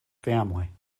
family